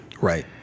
Right